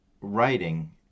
writing